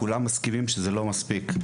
כולם מסכימים שזה לא מספיק,